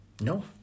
No